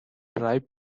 ripe